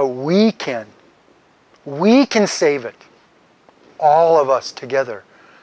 but we can we can save it all of us together